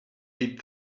eight